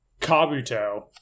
Kabuto